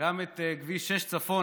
גם את כביש 6 צפונה,